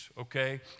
okay